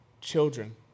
children